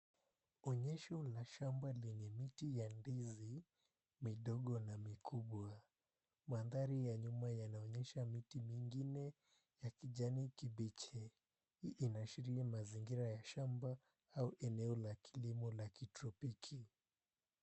Onyesho la shamba lenye miti ya ndizi midogo na mikubwa. Mandhari ya nyuma yanaonyesha miti mingine ya kijani kibichi. Inaashiria mazingira ya shamba au eneo la kilimo la kitropiki.